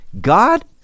God